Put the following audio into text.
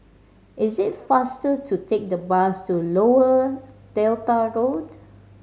is it faster to take the bus to Lower Delta Gold